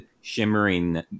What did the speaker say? shimmering